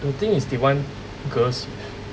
the thing is they want girls